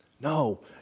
No